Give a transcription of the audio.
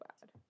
bad